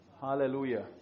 Hallelujah